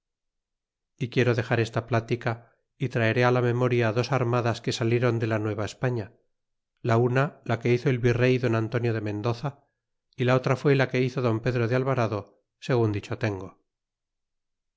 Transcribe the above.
y quiero dexar esta platica y traeré la memoria dos armadas que salieron de la nuevaespaña la una la que hizo el virrey don antonio de mendoza y la otra fué la que hizo don pedro de alvarado segun dicho tengo